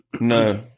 No